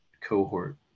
cohort